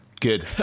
Good